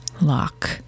lock